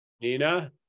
Nina